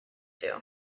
two